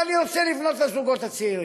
אבל אני רוצה לפנות לזוגות הצעירים.